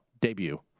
debut